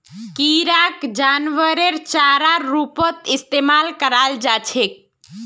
किराक जानवरेर चारार रूपत इस्तमाल कराल जा छेक